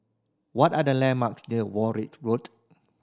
what are the landmarks near Warwick Road